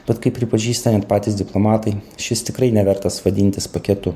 tad kaip pripažįsta net patys diplomatai šis tikrai nevertas vadintis paketu